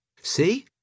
See